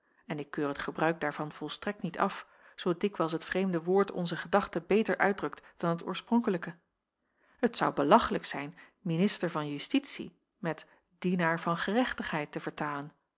en ik keur het gebruik daarvan volstrekt niet af zoo dikwijls het vreemde woord onze gedachte beter uitdrukt dan het oorspronkelijke het zou belachlijk zijn minister van justitie met dienaar van gerechtigheid te vertalen